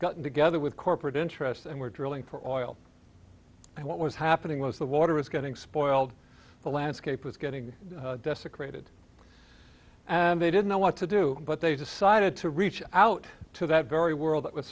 gotten together with corporate interests and were drilling for oil what was happening was the water was getting spoiled the landscape was getting desecrated and they didn't know what to do but they decided to reach out to that very world that was